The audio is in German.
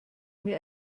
mir